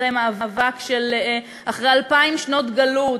אחרי אלפיים שנות גלות,